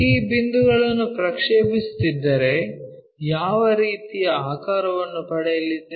ಈ ಬಿಂದುಗಳನ್ನು ಪ್ರಕ್ಷೇಪಿಸುತ್ತಿದ್ದರೆ ಯಾವ ರೀತಿಯ ಆಕಾರವನ್ನು ಪಡೆಯಲಿದ್ದೇವೆ